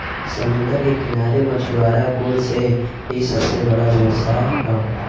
समुंदर के किनारे मछुआरा कुल से इ सबसे बड़ा व्यवसाय हौ